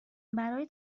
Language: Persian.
برای